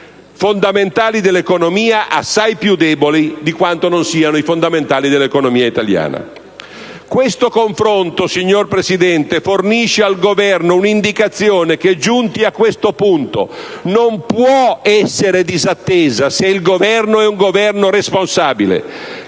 fondamentali dell'economia assai più deboli di quanto non siano quelli dell'economia italiana. Questo confronto, signor Presidente, fornisce al Governo una indicazione che, giunti a questo punto, non può essere disattesa, se il Governo è responsabile.